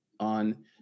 on